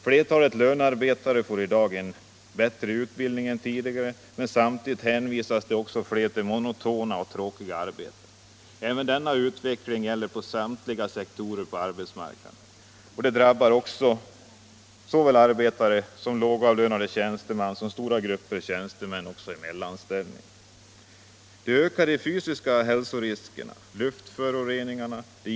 Flertalet lönarbetare får i dag bättre utbildning än tidigare, men samtidigt hänvisas allt fler till monotona och tråkiga arbeten. Även denna utveckling gäller på samtliga sektorer av arbetsmarknaden. Den drabbar såväl arbetarna som lågavlönade tjänstemän och stora grupper tjänstemän i mellanställning. De ökade fysiska hälsoriskerna — luftföroreningar.